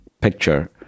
picture